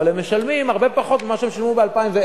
אבל הם משלמים הרבה פחות ממה שהם שילמו ב-2010,